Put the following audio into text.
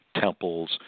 temples